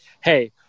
hey